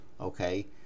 okay